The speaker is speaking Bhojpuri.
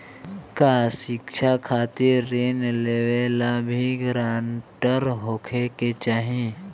का शिक्षा खातिर ऋण लेवेला भी ग्रानटर होखे के चाही?